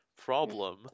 Problem